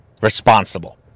responsible